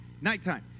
Nighttime